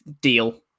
deal